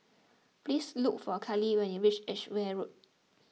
please look for Carly when you reach Edgeware Road